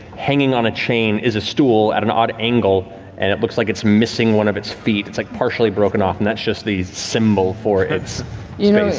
hanging on a chain is a stool at an odd angle and it looks like it's missing one of its feet. it's like partially broken off and that's just the symbol for its you know space